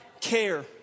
care